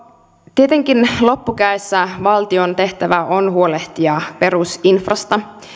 tietenkin loppukädessä valtion tehtävä on huolehtia perusinfrasta